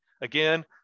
Again